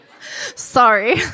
Sorry